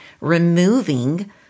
removing